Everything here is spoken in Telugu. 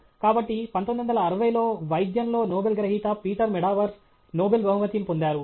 కాబట్టి 1960 లో వైద్యంలో నోబెల్ గ్రహీత పీటర్ మెదవార్ నోబెల్ బహుమతిని పొందారు